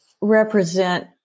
represent